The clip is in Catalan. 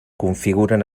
configuren